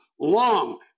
long